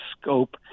scope